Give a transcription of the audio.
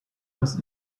was